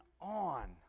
on